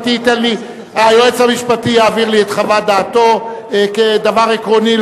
היועץ המשפטי יעביר לי את חוות דעתו כדבר עקרוני.